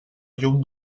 llum